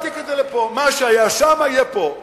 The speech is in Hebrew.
מה שהיה שם, יהיה פה.